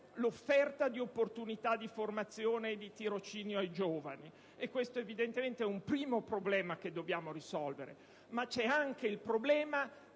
l'offerta di opportunità di formazione e di tirocinio ai giovani. Questo evidentemente è un primo problema che dobbiamo risolvere. Ma c'è anche il problema